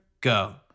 go